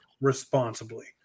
responsibly